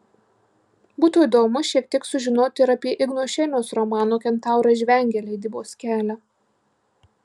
būtų įdomu šiek tiek sužinoti ir apie igno šeiniaus romano kentauras žvengia leidybos kelią